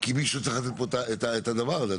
כי מישהו צריך לתת את הדבר הזה.